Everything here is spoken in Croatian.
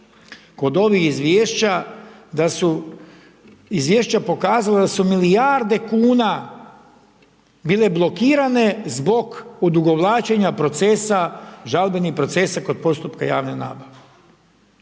da su izvješća pokazala da su milijarde kuna bile blokirane zbog odugovlačenja procesa, žalbenih procesa kod postupaka javne nabave.